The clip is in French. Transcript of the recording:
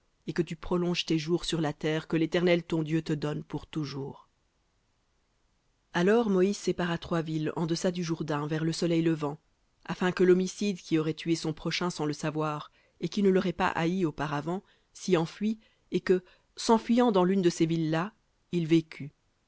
et que tu prolonges tes jours sur la terre que l'éternel ton dieu te donne pour toujours alors moïse sépara trois villes en deçà du jourdain vers le soleil levant afin que l'homicide qui aurait tué son prochain sans le savoir et qui ne l'aurait pas haï auparavant s'y enfuît et que s'enfuyant dans l'une de ces villes là il vécût